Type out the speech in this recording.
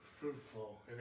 fruitful